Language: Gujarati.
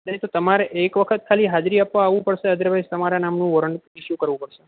નહીં તો તમારે એક વખત ખાલી હાજરી આપવા આવવું પડશે અધરવાઇસ તમારા નામનું વોરન્ટ ઇસ્યૂ કરવું પડશે